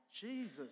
Jesus